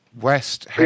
West